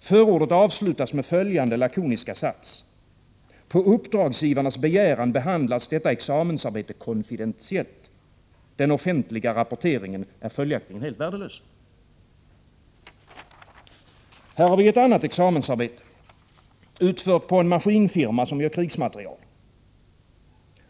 Förordet avslutas med följande lakoniska sats: På uppdragsgivarnas begäran behandlas detta examensarbete konfidentiellt. — Den offentliga rapporteringen är följaktligen helt värdelös. Här är ett annat examensarbete, utfört i en maskinfirma som gör krigsmateriel.